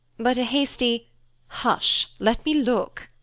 but a hasty hush, let me look!